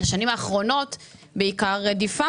בשנים האחרונות בעיקר הייתה ממש רדיפה